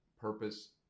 purpose